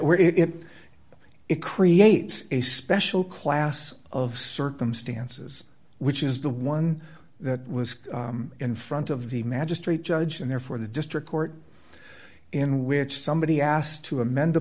precludes it it creates a special class of circumstances which is the one that was in front of the magistrate judge and therefore the district court in which somebody asked to amend the